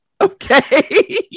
Okay